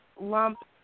lump